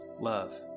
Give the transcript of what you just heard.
Love